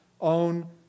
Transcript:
own